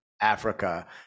Africa